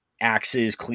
axes